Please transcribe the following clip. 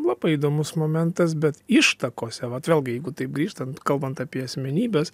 labai įdomus momentas bet ištakose vat vėlgi jeigu taip grįžtant kalbant apie asmenybes